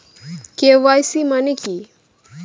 KYC মানে কি?